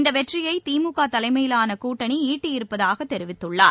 இந்த வெற்றியை திமுக தலைமையிலான கூட்டணி ஈட்டியிருப்பதாக தெரிவித்துள்ளார்